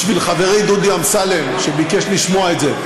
בשביל חברי דודי אמסלם, שביקש לשמוע את זה.